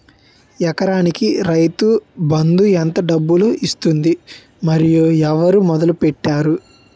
ఎకరానికి రైతు బందు ఎంత డబ్బులు ఇస్తుంది? మరియు ఎవరు మొదల పెట్టారు?